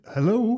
Hello